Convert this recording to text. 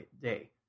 day